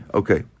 okay